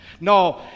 No